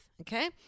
Okay